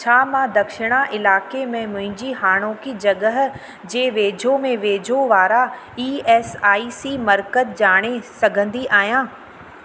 छा मां दक्षिण इलाइक़े में मुंहिंजी हाणोकी जॻह जे वेझो में वेझो वारा ई एस आई सी मर्कज़ ॼाणे सघंदी आहियां